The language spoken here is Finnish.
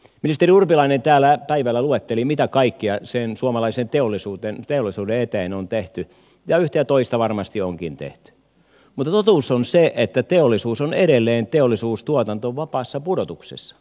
ministeri urpilainen täällä päivällä luetteli mitä kaikkea suomalaisen teollisuuden eteen on tehty ja yhtä ja toista varmasti onkin tehty mutta totuus on se että teollisuustuotanto on edelleen vapaassa pudotuksessa